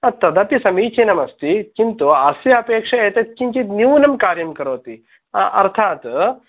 हा तदपि समीचीनमस्ति किन्तु अस्य अपेक्षया एतत् किञ्चित् न्यूनं कार्यं करोति अर्थात्